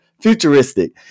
Futuristic